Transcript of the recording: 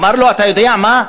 אמר לו, אתה יודע מה?